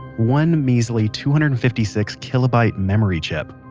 one measly two hundred and fifty six kilobyte memory chip.